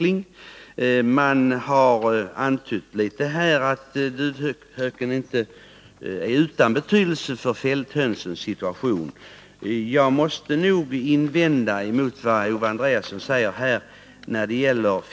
I motionen antyds att duvhöken inte är utan betydelse för fälthönsens situation. Jag måste nog invända mot vad Owe Andréasson säger på den punkten.